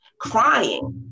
crying